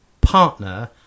partner